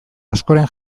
askoren